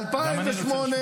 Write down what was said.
גם אני רוצה לשמוע.